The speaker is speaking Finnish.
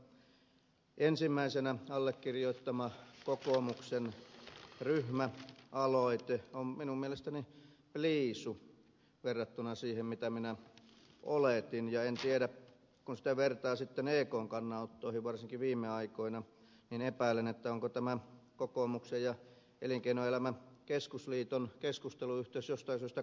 karhuvaaran ensimmäisenä allekirjoittama kokoomuksen ryhmäaloite on minun mielestäni pliisu verrattuna siihen mitä minä oletin ja en tiedä kun sitä vertaa sitten ekn kannanottoihin varsinkin viime aikoina niin epäilen onko tämä kokoomuksen ja elinkeinoelämän keskusliiton keskusteluyhteys jostain syystä katkennut nyt